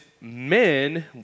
men